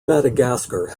madagascar